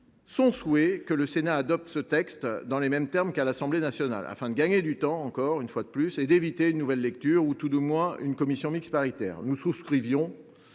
son souhait que le Sénat adopte ce texte dans les mêmes termes qu’à l’Assemblée nationale, afin de gagner du temps et d’éviter une nouvelle lecture ou tout du moins une commission mixte paritaire. Nous souscrivions